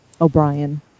O'Brien